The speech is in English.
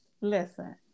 Listen